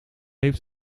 heeft